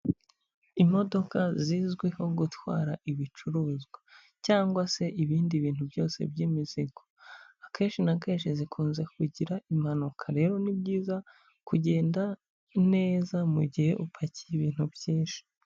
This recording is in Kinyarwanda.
Imodoka zizwiho gutwara ibicuruzwa, cyangwa se ibindi bintu byose by'imizigo, akenshi na kenshi zikunze kugira impanuka, rero ni byiza kugenda neza mu gihe upakiye ibintu byinshi.